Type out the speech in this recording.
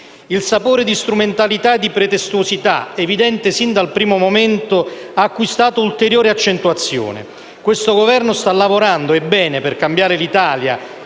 Il sapore di strumentalità e di pretestuosità, evidente sin dal primo momento, ha acquistato ulteriore accentuazione. Questo Governo sta lavorando, e bene, per cambiare l'Italia